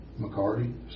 McCarty